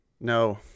No